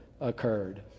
occurred